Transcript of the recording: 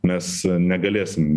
nes negalėsim